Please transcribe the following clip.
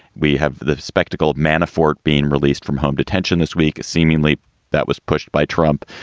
we have the spectacle of manafort being released from home detention this week, seemingly that was pushed by trump.